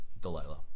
Delilah